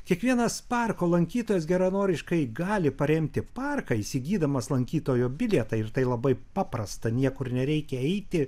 kiekvienas parko lankytojas geranoriškai gali paremti parką įsigydamas lankytojo bilietą ir tai labai paprasta niekur nereikia eiti